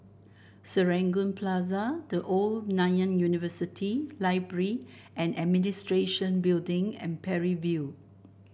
Serangoon Plaza The Old Nanyang University Library And Administration Building and Parry View